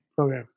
Okay